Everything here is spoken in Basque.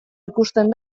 ikusten